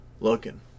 looking